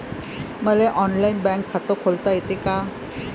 मले online bank खात खोलता येते का?